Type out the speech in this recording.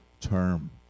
term